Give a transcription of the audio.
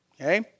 Okay